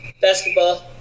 Basketball